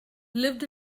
lived